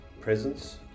presence